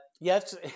yes